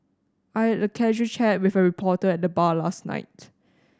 I had a casual chat with a reporter at the bar last night